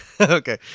Okay